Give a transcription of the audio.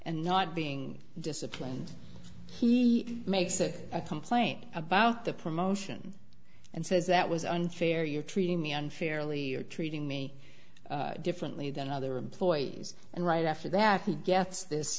and not being disciplined he makes it a complaint about the promotion and says that was unfair you're treating the unfairly or treating me differently than other employees and right after that he gets this